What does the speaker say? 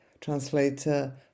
translator